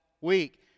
week